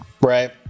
right